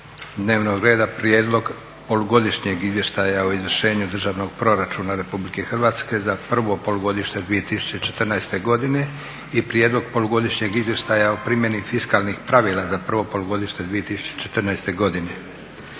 dnevnom reda: - Prijedlog polugodišnjeg izvještaja o izvršenju Državnog proračuna Republike Hrvatske za prvo polugodište 2014. godine i Prijedlog polugodišnjeg izvještaja o primjeni fiskalnih pravila za prvo polugodište 2014. godine;